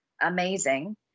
amazing